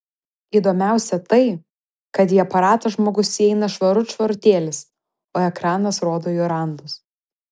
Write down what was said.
įdomiausia tai kad į aparatą žmogus įeina švarut švarutėlis o ekranas rodo jo randus